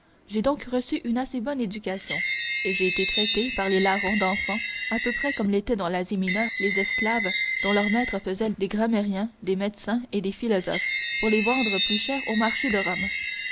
j'ai donc reçu une assez bonne éducation et j'ai été traité par les larrons d'enfants à peu près comme l'étaient dans l'asie mineure les esclaves dont leurs maîtres faisaient des grammairiens des médecins et des philosophes pour les vendre plus cher au marché de rome